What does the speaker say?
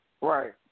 Right